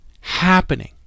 happening